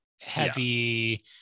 heavy